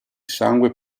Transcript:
sangue